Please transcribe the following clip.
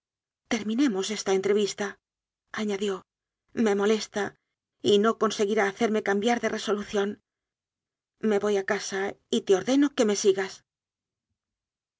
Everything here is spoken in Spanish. terminemos esta entrevistaañadió me molesta y no con seguirá hacerme cambiar de resolución me voy a casa y te ordeno que me sigasel